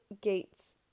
gates